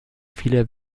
viele